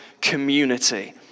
community